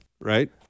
right